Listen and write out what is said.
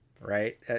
right